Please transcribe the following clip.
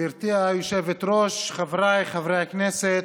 גברתי היושבת-ראש, חבריי חברי הכנסת,